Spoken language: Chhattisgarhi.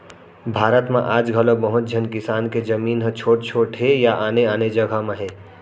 भारत म आज घलौ बहुत झन किसान के जमीन ह छोट छोट हे या आने आने जघा म हे